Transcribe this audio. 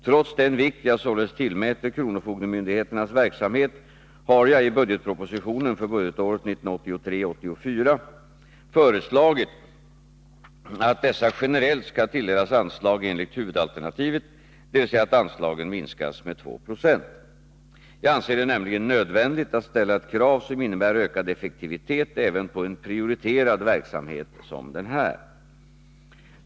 Trots den vikt jag således tillmäter kronofogdemyndigheternas verksamhet har jag i budgetpropositionen för budgetåret 1983/84 föreslagit att dessa generellt skall tilldelas anslag enligt huvudalternativet, dvs. att anslaget minskas med 2 70. Jag anser det nämligen nödvändigt att ställa ett krav som innebär ökad effektivitet även på en prioriterad verksamhet som denna.